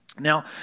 Now